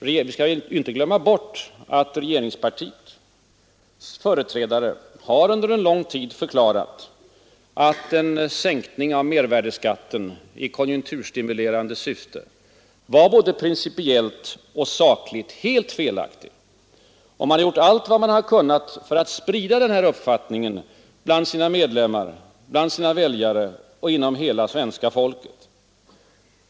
Vi skall inte glömma bort att regeringspartiets företrädare under en lång tid förklarat att en sänkning av mervärdeskatten i konjunkturstimulerande syfte var både principiellt och sakligt helt felaktig. Man har gjort allt vad man kunnat för att sprida den uppfattningen bland sina medlemmar, bland sina väljare och inom hela svenska folket.